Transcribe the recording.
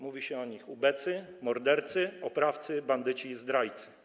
Mówi się o nich ubecy, mordercy, oprawcy, bandyci i zdrajcy.